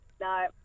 No